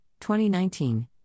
2019